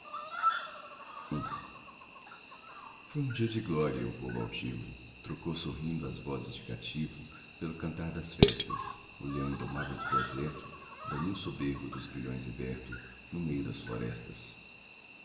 foi um dia de glória o povo altivo trocou sorrindo as vozes de cativo pelo cantar das festas o leão indomável do deserto bramiu soberbo dos grilhões liberto no meio das florestas